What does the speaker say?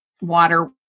water